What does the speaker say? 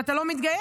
ואתה לא מתגייס.